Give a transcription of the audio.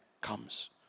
Comes